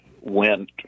went